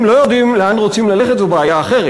אם לא יודעים לאן רוצים ללכת זאת בעיה אחרת,